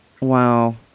wow